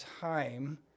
time